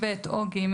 (ב) או (ג),